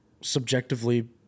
subjectively